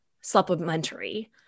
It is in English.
supplementary